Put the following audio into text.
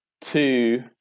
Two